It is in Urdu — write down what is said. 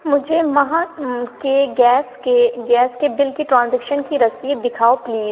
مجھے ماہ کے گیس کے گیس کے بل کے ٹرانزیکشن کی رسید دکھاؤ پلیز